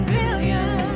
billion